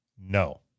No